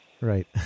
Right